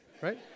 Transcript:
right